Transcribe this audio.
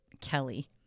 Kelly